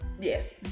Yes